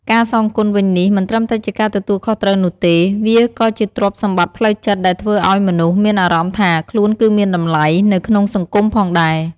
ការសងគុណវិញនេះ មិនត្រឹមតែជាការទទួលខុសត្រូវនោះទេ វាក៏ជាទ្រព្យសម្បត្តិផ្លូវចិត្តដែលធ្វើឲ្យមនុស្សមានអារម្មណ៍ថាខ្លួនគឺមានតម្លៃ នៅក្នុងសង្គមផងដែរ។